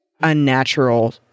unnatural